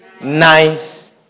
nice